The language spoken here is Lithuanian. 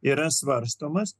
yra svarstomas